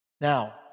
Now